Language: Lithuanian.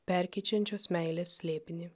perkeičiančios meilės slėpinį